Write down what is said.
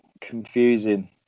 confusing